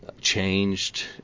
changed